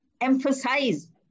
emphasize